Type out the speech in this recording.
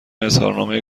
اظهارنامه